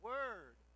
Word